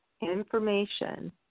information